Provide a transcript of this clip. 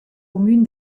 cumün